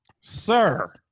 sir